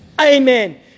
amen